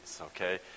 Okay